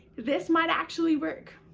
this might actually work.